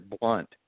Blunt